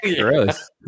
gross